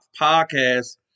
podcast